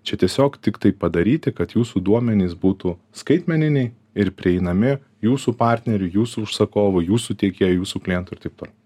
čia tiesiog tiktai padaryti kad jūsų duomenys būtų skaitmeniniai ir prieinami jūsų partnerių jūsų užsakovų jūsų tiekėjų jūsų klientų ir taip toliau